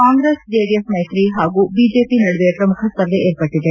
Congress JDS ಮೈತ್ರಿ ಹಾಗೂ BJP ನಡುವೆ ಪ್ರಮುಖ ಸ್ಪರ್ಧೆ ಏರ್ಪಟ್ಟದೆ